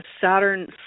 Saturn